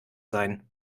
sein